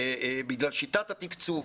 זה בגלל שיטת התקצוב.